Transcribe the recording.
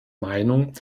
meinung